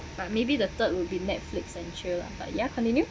but maybe the third will be netflix and chill lah ah ya continue